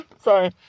Sorry